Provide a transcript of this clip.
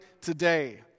today